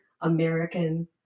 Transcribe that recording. American